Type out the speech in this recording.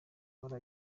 bara